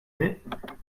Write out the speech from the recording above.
innit